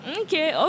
okay